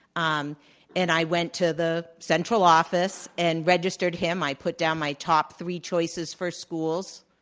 um and i went to the central office and registered him. i put down my top three choices for schools,